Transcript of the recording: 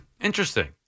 Interesting